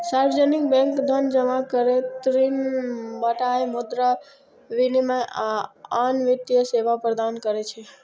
सार्वजनिक बैंक धन जमा करै, ऋण बांटय, मुद्रा विनिमय, आ आन वित्तीय सेवा प्रदान करै छै